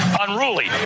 unruly